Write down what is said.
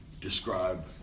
describe